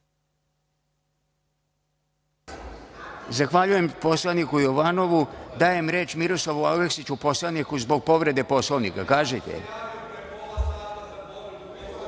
Zahvaljujem poslaniku Jovanovu. Dajem reč Miroslavu Aleksiću poslaniku zbog povrede Poslovnika.